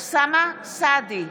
אוסאמה סעדי,